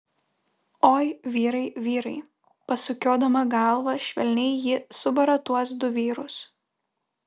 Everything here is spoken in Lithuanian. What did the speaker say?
oi vyrai vyrai pasukiodama galvą švelniai ji subara tuos du vyrus